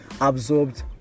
absorbed